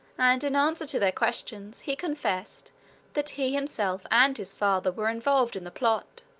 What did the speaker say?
and, in answer to their questions, he confessed that he himself and his father were involved in the plot.